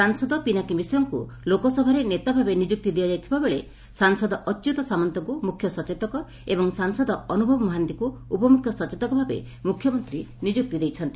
ସାଂସଦ ପିନାକୀ ମିଶ୍ରଙ୍କୁ ଲୋକସଭାରେ ନେତା ଭାବେ ନିଯୁକ୍ତି ଦିଆଯାଇଥିଲା ବେଳେ ସାଂସଦ ଅଚ୍ୟୁତ ସାମନ୍ତଙ୍କୁ ମୁଖ୍ୟ ସଚେତକ ଏବଂ ସାଂସଦ ଅନୁଭବ ମହାନ୍ତିଙ୍କୁ ଉପ ମୁଖ୍ୟ ସଚେତକ ଭାବେ ମୁଖ୍ୟମନ୍ତୀ ନିଯୁକ୍ତି ଦେଇଛନ୍ତି